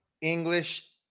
English